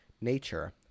Nature